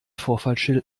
vorfahrtsschild